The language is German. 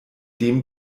dem